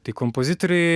tai kompozitoriai